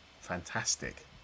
fantastic